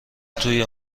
توی